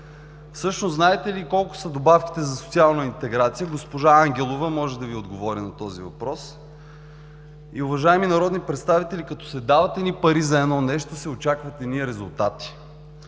Всъщност знаете ли колко са добавките за социална интеграция? Госпожа Ангелова може да Ви отговори на този въпрос. И уважаеми народни представители, като се дават едни пари за едно нещо, се очакват едни резултати.